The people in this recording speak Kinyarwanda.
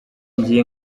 ngiye